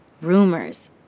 rumors